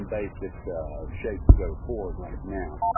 basic shape to go forward right now.